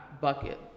bucket